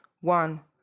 One